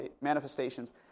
manifestations